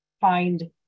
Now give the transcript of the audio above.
find